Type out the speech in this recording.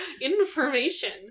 Information